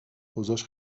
اوضاش